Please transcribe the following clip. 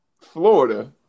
Florida